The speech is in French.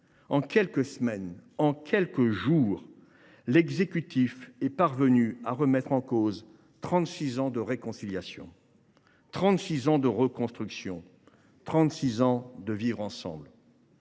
en quelques semaines, en quelques jours, l’exécutif est parvenu à remettre en cause trente six ans de réconciliation, de reconstruction et de vivre ensemble